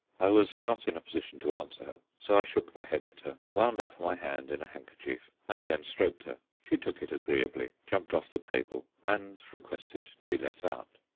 i was not in a position to answer her, so i shook my head at her, wound up my hand in a handkerchief, and then stroked her. she took it agreeably, jumped off the table, and requested to be let out.